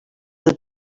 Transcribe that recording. did